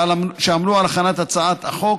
שעמלו על הכנת הצעת החוק,